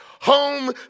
home